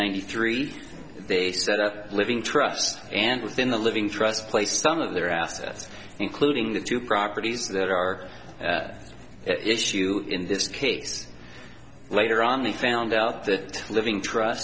ninety three they set up a living trust and within a living trust placed some of their assets including the two properties that are at issue in this case later on they found out that living trust